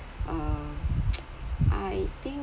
err I think